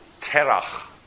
Terach